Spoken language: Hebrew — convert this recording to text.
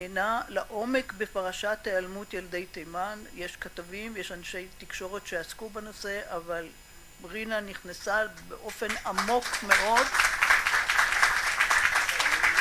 נהנה לעומק בפרשת היעלמות ילדי תימן. יש כתבים, יש אנשי תקשורת שעסקו בנושא, אבל רינה נכנסה באופן עמוק מאוד